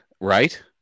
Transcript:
Right